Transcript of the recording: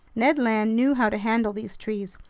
ned land knew how to handle these trees.